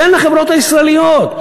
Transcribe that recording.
תן לחברות הישראליות.